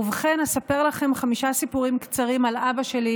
ובכן, אספר לכם חמישה סיפורים קצרים על אבא שלי,